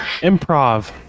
Improv